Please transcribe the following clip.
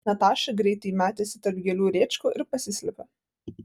nataša greitai metėsi tarp gėlių rėčkų ir pasislėpė